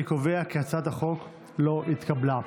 אני קובע כי הצעת החוק לא התקבלה.